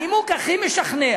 הנימוק הכי משכנע